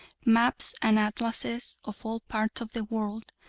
maps and atlases of all parts of the world,